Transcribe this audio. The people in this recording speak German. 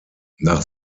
nach